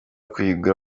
kuyigura